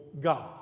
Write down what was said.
God